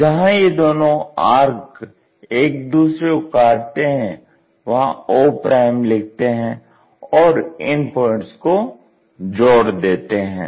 जहां ये दोनो आर्क एक दूसरे को काटते हैं वहां o लिखते हैं और इन प्वाइंट्स को जोड़ देते हैं